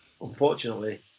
Unfortunately